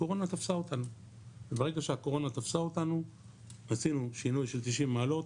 הקורונה תפסה אותנו וברגע שהקורונה תפסה אותנו עשינו שינוי של 90 מעלות